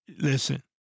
Listen